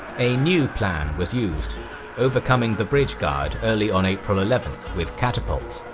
a new plan was used overcoming the bridge guard early on april eleventh with catapults.